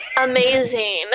Amazing